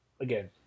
again